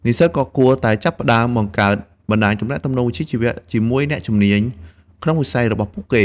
និស្សិតក៏គួរតែចាប់ផ្តើមបង្កើតបណ្តាញទំនាក់ទំនងវិជ្ជាជីវៈ ជាមួយអ្នកជំនាញក្នុងវិស័យរបស់ពួកគេ។